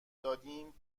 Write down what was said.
دادیم